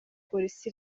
polisi